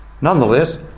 Nonetheless